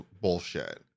bullshit